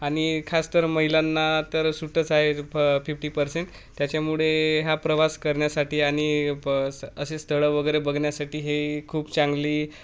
आणि खास तर महिलांना तर सुटंच आहे फ फिफ्टी पर्सेंट त्याच्यामुळे हा प्रवास करण्यासाठी आणि प असे स्थळं वगैरे बघण्यासाठी हे खूप चांगली